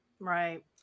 Right